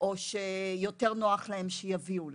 או שיותר נוח להם שיביאו להם.